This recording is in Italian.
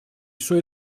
suoi